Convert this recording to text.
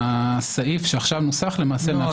אני